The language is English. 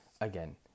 again